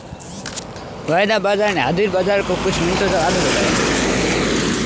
वायदा बाजार ने हाजिर बाजार को कुछ मिनटों तक आगे बढ़ाया